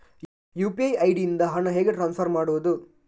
UPI ID ಇಂದ ಹಣ ಹೇಗೆ ಟ್ರಾನ್ಸ್ಫರ್ ಮಾಡುದು?